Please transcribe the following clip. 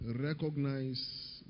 recognize